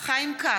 חיים כץ,